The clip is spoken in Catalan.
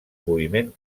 moviment